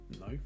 no